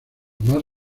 más